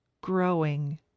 growing